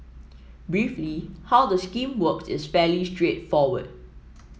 briefly how the scheme works is fairly straightforward